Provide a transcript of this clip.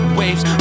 waves